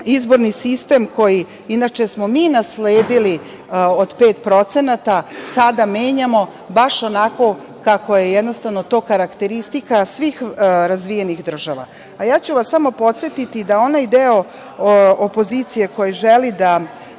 izborni sistem koji, inače, smo mi nasledili od 5% sada menjamo baš onako kako je jednostavno to karakteristika svih razvijenih država. Samo ću vas podsetiti da onaj deo opozicije koji želi da